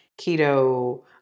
keto